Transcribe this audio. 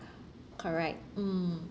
correct mm